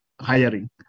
hiring